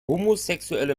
homosexuelle